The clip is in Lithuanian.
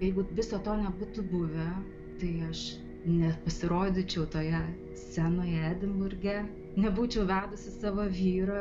jeigu viso to nebūtų buvę tai aš nepasirodyčiau toje scenoje edinburge nebūčiau vedusi savo vyro